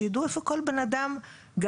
שיידעו איפה כל בנאדם גר,